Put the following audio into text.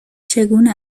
چگونه